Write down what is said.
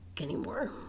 anymore